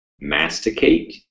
masticate